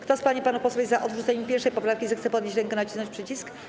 Kto z pań i panów posłów jest za odrzuceniem 1. poprawki, zechce podnieść rękę i nacisnąć przycisk.